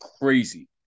crazy